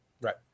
Right